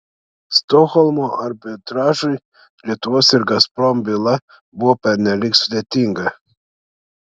stokholmo arbitražui lietuvos ir gazprom byla buvo pernelyg sudėtinga